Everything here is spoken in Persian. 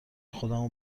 خودمو